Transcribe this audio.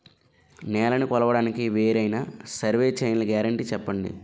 నేలనీ కొలవడానికి వేరైన సర్వే చైన్లు గ్యారంటీ చెప్పండి?